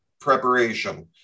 Preparation